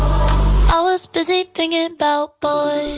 i was busy thinkin' about boys,